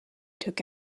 took